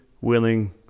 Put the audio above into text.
willing